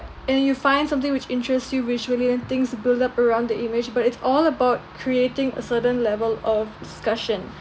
and then you find something which interests you visually and things build up around the image but it's all about creating a certain level of discussion